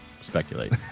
speculate